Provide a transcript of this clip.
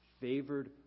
favored